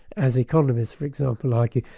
as economists for example argue,